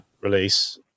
release